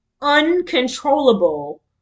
uncontrollable